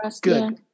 Good